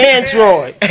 Android